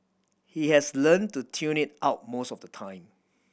he has learnt to tune it out most of the time